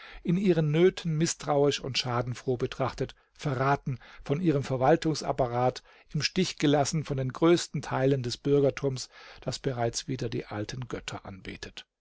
in ihren nöten mißtrauisch und schadenfroh betrachtet verraten von ihrem verwaltungsapparat im stich gelassen von den größten teilen des bürgertums das bereits wieder die alten götter anbetet